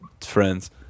friends